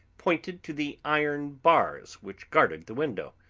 pointed to the iron bars which guarded the window.